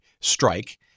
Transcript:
strike